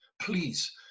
Please